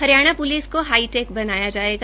Haryana police को high tech बनाया जायेगा